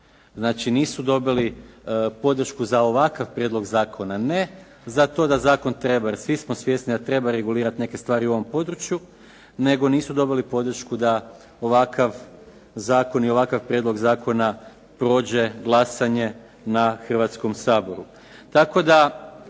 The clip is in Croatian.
znači nisu dobili podršku za ovakav prijedlog zakona, ne za to da zakon treba, jer svi smo svjesni da treba regulirati neke stvari u ovom području, nego nisu dobili podršku da ovakav zakon i ovakav prijedlog zakona prođe glasanje na Hrvatskom saboru.